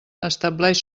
estableix